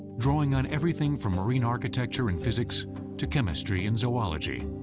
drawing on everything from marine architecture and physics to chemistry and zoology.